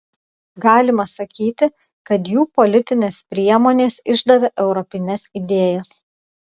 galima sakyti kad jų politinės priemonės išdavė europines idėjas